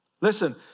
Listen